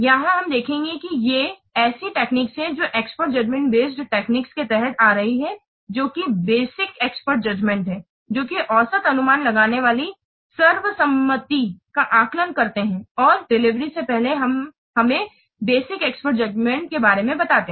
यहां हम देखेंगे कि ये ऐसी टेक्निक्स हैं जो एक्सपर्ट जजमेंट बेस टेक्निक्स के तहत आ रही हैं जो कि बेसिक एक्सपर्ट जजमेंट है जो कि औसत अनुमान लगाने वाले सर्वसम्मति का आकलन करते हैं और डिलीवरी से पहले हमें बेसिक एक्सपर्ट जजमेंट के बारे में बताते हैं